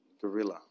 gorilla